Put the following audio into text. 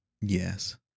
Yes